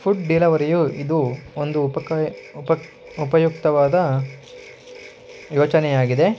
food ಡಿಲವರಿಯು ಇದು ಒಂದು ಉಪಕ ಉಪ ಉಪಯುಕ್ತವಾದ ಯೋಚನೆಯಾಗಿದೆ